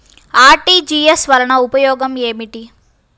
RTGS వలన ఉపయోగం ఏమిటీ?